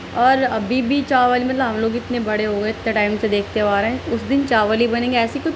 اور ابھی بھی چاول مطلب ہم لوگ اتنے بڑے ہو گئے اتنے ٹائم سے دیکھتے ہوئے آ رہے ہیں اس دن چاول ہی بنے گا ایسی تو